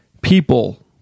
people